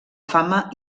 fama